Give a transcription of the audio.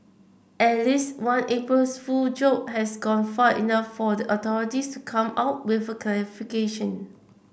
at least one April's Fool joke has gone far enough for the authorities to come out with a clarification